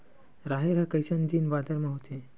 राहेर ह कइसन दिन बादर म होथे?